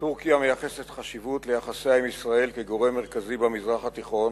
טורקיה מייחסת חשיבות ליחסיה עם ישראל כגורם מרכזי במזרח התיכון